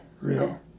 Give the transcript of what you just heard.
Real